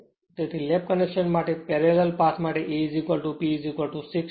તેથી lap connection માટે parallel path માટે A P 6 હશે